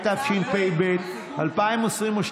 התשפ"ב 2022,